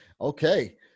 Okay